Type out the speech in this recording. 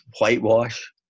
whitewash